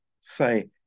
say